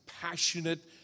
passionate